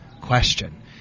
question